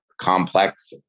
complex